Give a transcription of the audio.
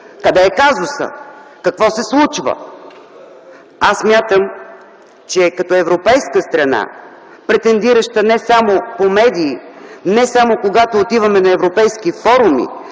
Къде е казусът? Какво се случва? Аз смятам, че като европейска страна, претендираща не само по медии, не само, когато отиваме на европейски форуми,